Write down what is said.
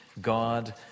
God